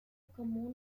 como